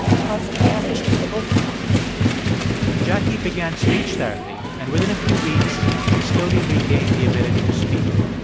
cause some damage to my vocal cords jackie began speech therapy, and within a few weeks she slowly regained the ability to speak.